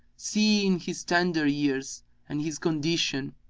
seeing his tender years and his condition,